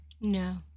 No